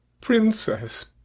Princess